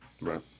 right